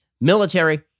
military